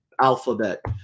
alphabet